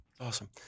Awesome